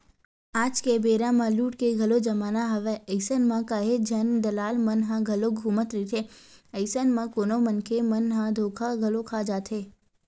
आज के बेरा म लूट के घलोक जमाना हवय अइसन म काहेच झन दलाल मन ह घलोक घूमत रहिथे, अइसन म कोनो मनखे मन ह धोखा घलो खा जाथे